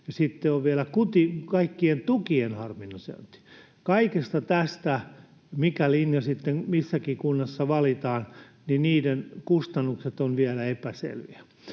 sitten on vielä kaikkien tukien harmonisointi. Kaikesta tästä, mikä linja sitten missäkin kunnassa valitaan, kustannukset ovat vielä epäselviä.